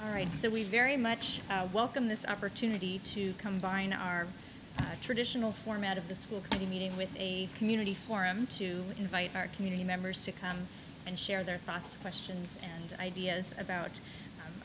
all right so we very much welcome this opportunity to combine our traditional format of the school committee meeting with a community forum to invite our community members to come and share their thoughts questions and ideas about